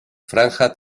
franja